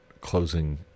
closing